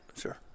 Sure